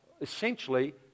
essentially